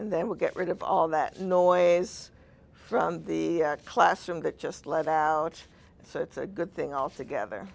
and then we get rid of all that noise from the classroom that just let ouch so it's a good thing all together